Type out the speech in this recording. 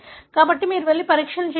కాబట్టి మీరు వెళ్లి పరీక్షలు చేయండి